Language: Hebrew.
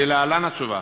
להלן התשובה: